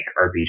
RPG